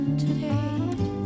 today